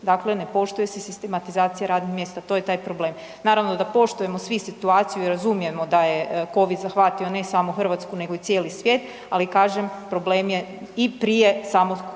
dakle ne poštuje se sistematizacija radnih mjesta, to je taj problem. Naravno da poštujemo svi situaciju i razumijemo da je COVID zahvatio ne samo Hrvatsku nego i cijeli svijet, ali kažem problem je i prije samog